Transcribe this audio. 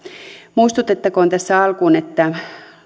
muistutettakoon tässä alkuun että